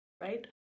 right